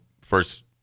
first –